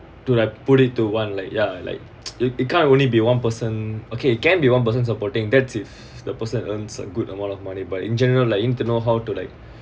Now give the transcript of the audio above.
to like put it to one like ya like if you can't only be one person okay can be one person supporting that if the person earns a good amount of money but in general like internal how to like